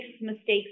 mistakes